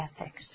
ethics